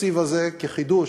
בתקציב הזה, כחידוש,